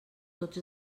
tots